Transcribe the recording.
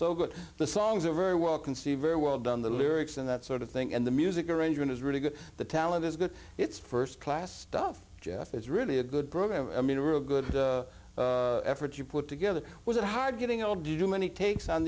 so good the songs are very well conceived very well done the lyrics and that sort of thing and the music arrangement is really good the talent is good it's st class stuff jeff it's really a good program i mean a really good effort you put together was it hard getting old do you do many takes on